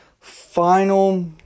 final